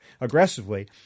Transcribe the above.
aggressively –